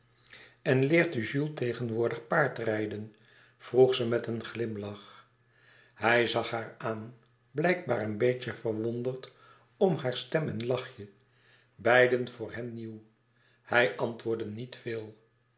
en leert u jules tegenwoordig paard rijden vroeg zij met een glimlach hij zag haar aan blijkbaar een beetje verwonderd om haar stem en lachje beiden voor hem nieuw hij antwoordde niet veel